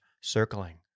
circling